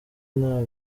nta